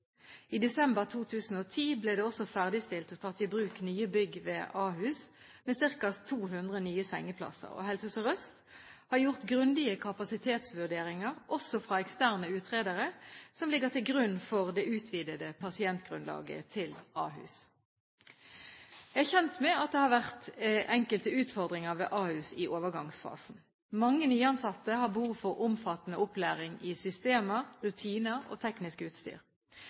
I desember 2010 ble det også ferdigstilt og tatt i bruk nye bygg ved Ahus med ca. 200 nye sengeplasser. Helse Sør-Øst har gjort grundige kapasitetsvurderinger, også fra eksterne utredere, som ligger til grunn for det utvidede pasientgrunnlaget til Ahus. Jeg er kjent med at det har vært enkelte utfordringer ved Ahus i overgangsfasen. Mange nyansatte har behov for omfattende opplæring i systemer, rutiner og teknisk utstyr.